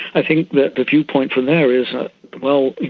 i think that the viewpoint from there is, ah well,